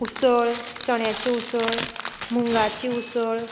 उसळ चण्याची उसळ मुंगाची उसळ